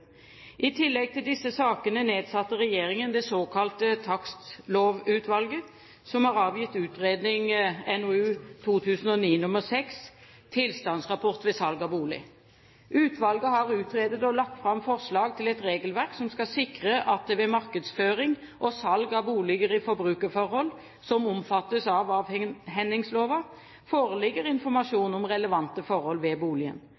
I tillegg til disse sakene nedsatte regjeringen det såkalte Takstlovutvalget, som har avgitt utredningen NOU 2009:6 Tilstandsrapport ved salg av bolig. Utvalget har utredet og lagt fram forslag til et regelverk som skal sikre at det ved markedsføring og salg av boliger i forbrukerforhold som omfattes av avhendingslova, foreligger informasjon om relevante forhold ved boligen.